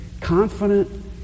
confident